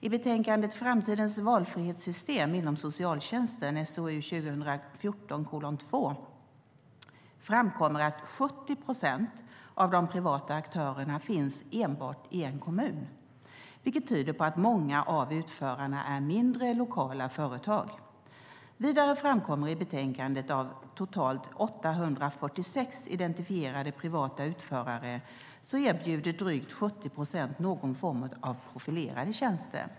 I betänkandet Framtidens valfrihetssystem - inom socialtjänsten framkommer att 70 procent av de privata aktörerna finns i enbart en kommun, vilket tyder på att många av utförarna är mindre, lokala företag. Vidare framkommer i betänkandet att av totalt 846 identifierade privata utförare erbjuder drygt 70 procent någon form av profilerade tjänster.